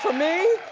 me,